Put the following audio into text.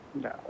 No